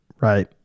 right